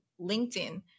LinkedIn